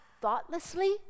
thoughtlessly